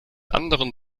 anderen